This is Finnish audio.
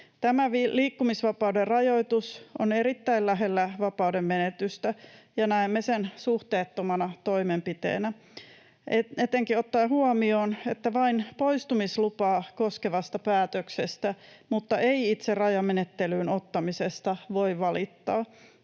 Tämä liikkumisvapauden rajoitus on erittäin lähellä vapauden menetystä, ja näemme sen suhteettomana toimenpiteenä etenkin ottaen huomioon, että vain poistumislupaa koskevasta päätöksestä mutta ei itse rajamenettelyyn ottamisesta voi valittaa